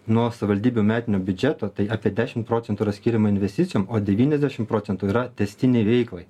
nuo savivaldybių metinio biudžeto tai apie dešimt procentų yra skiriama investicijom o devyniasdešim procentų yra tęstinei veiklai